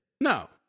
No